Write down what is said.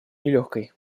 нелегкой